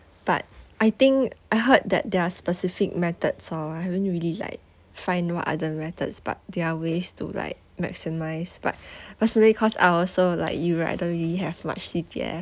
but I think I heard that there are specific methods or I haven't really like find what are the methods but their ways to like maximise but personally cause I also like you right I don't really have much C_P_F